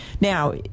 Now